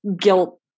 guilt